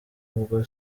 ubwo